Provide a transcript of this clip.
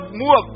move